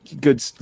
good